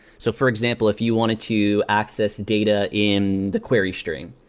so for example, if you wanted to access data in the querystream,